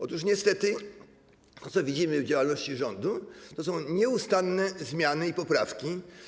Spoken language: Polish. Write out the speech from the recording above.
Otóż niestety to, co widzimy w działalności rządu, to są nieustanne zmiany i poprawki.